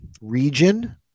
region